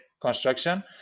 construction